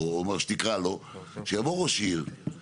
הוא יהיה רשאי להגיש שומה שלו.